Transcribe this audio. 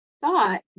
thought